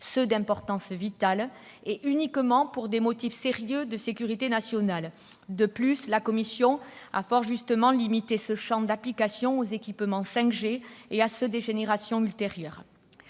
sont d'importance vitale, et uniquement pour des motifs sérieux de sécurité nationale. De plus, la commission a fort justement limité ce champ d'application aux équipements 5G et à ceux des générations ultérieures.